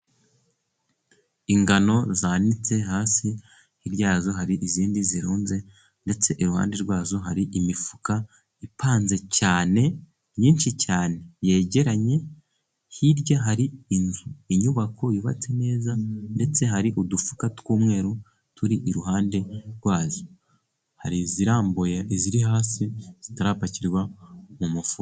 Ingano ziteretse hasi, hiryazo hari izindi zirunze, ndetse iruhande rwazo hari imifuka ipanze cyane, myinshi cyane, yegeranye. Hirya hari inzu, inyubako yubatse neza ndetse hari udufuka tw'umweru turi iruhande rwazo hari iziralambuye ,iziri hasi zitarapakirwa mu mufuka.